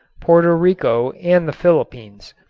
porto rico and the philippines.